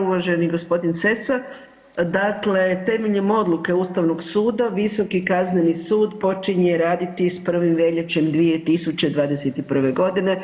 Uvaženi gospodine Sessa, dakle temeljem Odluke Ustavnog suda Visoki kazneni sud počinje raditi sa 1. veljače 2021. godine.